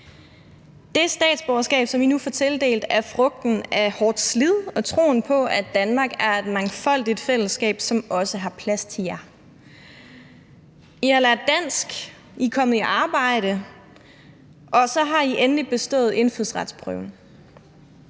Det statsborgerskab, som I nu får tildelt, er frugten af hårdt slid og troen på, at Danmark er et mangfoldigt fællesskab, som også har plads til jer. I har lært dansk, I er kommet i arbejde, og så har I endelig bestået indfødsretsprøven.